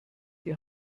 die